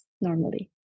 normally